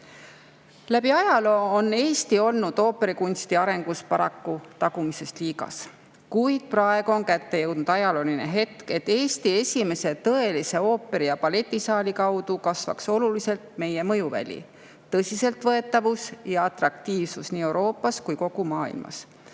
"Läbi ajaloo on Eesti olnud ooperikunsti arengus paraku "tagumises liigas", kuid praegu on kätte jõudnud ajalooline hetk, et Eesti esimese tõelise ooperi- ja balletisaali kaudu kasvaks oluliselt meie mõjuväli, tõsiseltvõetavus ja atraktiivsus nii Euroopas kui kogu maailmas.